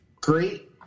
Great